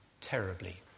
terribly